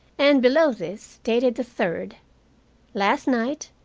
and below this, dated the third last night,